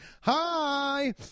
Hi